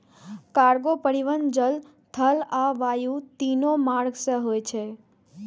cargo परिवहन जल, थल आ वायु, तीनू मार्ग सं होय छै